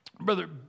Brother